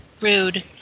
rude